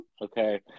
Okay